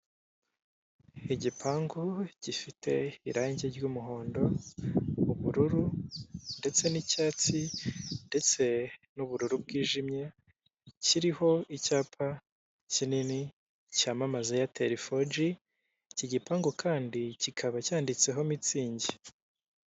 Igipangu gifite irangi ry'umuhondo ubururu ndetse n'icyatsi ndetse n'ubururu bwijimye, ikiriho icyapa kinini cyamamaza eyateli foji, iki gipangu kandi kikaba cyanditseho mitsingi.